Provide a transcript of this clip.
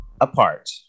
Apart